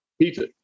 Pizza